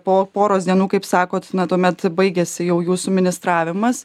po poros dienų kaip sakot na tuomet baigėsi jau jūsų ministravimas